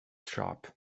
shop